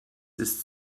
ist